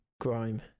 grime